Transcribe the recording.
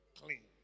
Clean